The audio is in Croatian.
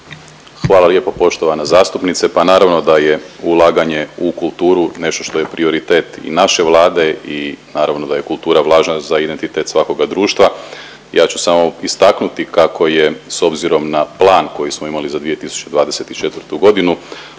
Hvala lijepo poštovana zastupnice, pa naravno da je ulaganje u kulturu nešto što je prioritet i naše Vlade i naravno da je kultura važna za identitet svakoga društva. Ja ću samo istaknuti kako je s obzirom na plan koji smo imali za 2024.g.